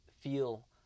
feel